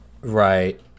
Right